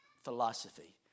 philosophy